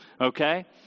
Okay